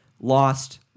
Lost